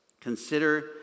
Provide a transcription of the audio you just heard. Consider